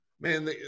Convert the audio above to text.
Man